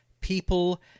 people